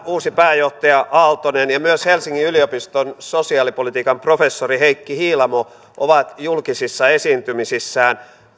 uusi pääjohtaja aaltonen ja myös helsingin yliopiston sosiaalipolitiikan professori heikki hiilamo ovat julkisissa esiintymisissään